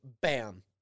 bam